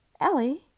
Ellie